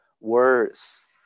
words